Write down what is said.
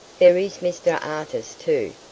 there is mr artis, too.